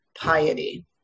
piety